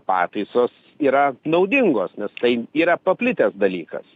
pataisos yra naudingos nes tai yra paplitęs dalykas